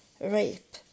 rape